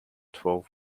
twelve